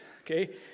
okay